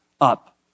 up